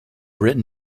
written